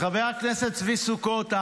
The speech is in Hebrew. חבר הכנסת צבי סוכות,